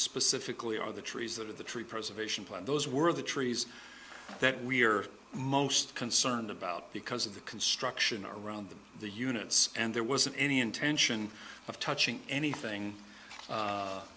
specifically are the trees that are the tree preservation plant those were the trees that we're most concerned about because of the construction around the units and there wasn't any intention of touching anything